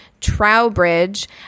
Trowbridge